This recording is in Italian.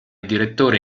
direttore